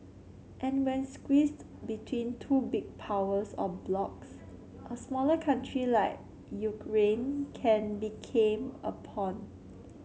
and when squeezed between two big powers or blocs a smaller country like Ukraine can became a pawn